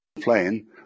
playing